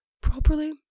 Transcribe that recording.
properly